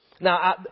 Now